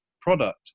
product